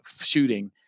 shooting